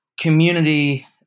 community